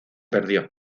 perdió